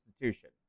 institution